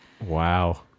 Wow